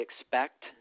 expect